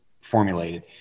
formulated